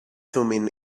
thummim